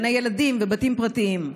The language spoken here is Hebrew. גני ילדים ובתים פרטיים.